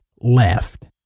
left